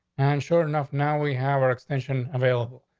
and sure enough, now we have our extension available.